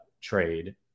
Trade